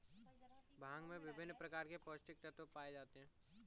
भांग में विभिन्न प्रकार के पौस्टिक तत्त्व पाए जाते हैं